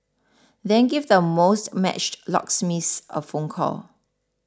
then give the most matched locksmiths a phone call